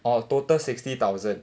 orh total sixty thousand